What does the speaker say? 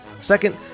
Second